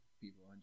people